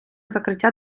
закриття